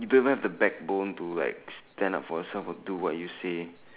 you don't even have the backbone to live stand up for yourself or do what you say